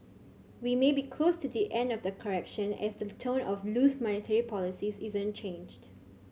we may be close to the end of the correction as the tone of loose monetary policies isn't changed